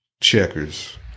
Checkers